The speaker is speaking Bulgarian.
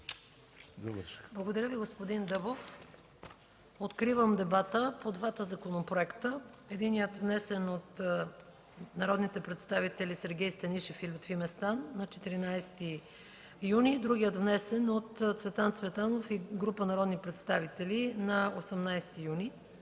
Благодаря Ви, господин Дъбов. Откривам дебата по двата законопроекта – единият, внесен от народните представители Сергей Станишев и Лютви Местан на 14 юни 2013 г., и другият, внесен от Цветан Цветанов и група народни представители на 18 юни